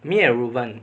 me and reu ben